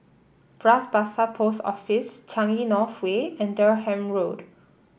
Bras Basah Post Office Changi North Way and Durham Road